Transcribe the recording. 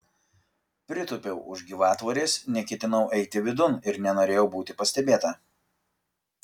pritūpiau už gyvatvorės neketinau eiti vidun ir nenorėjau būti pastebėta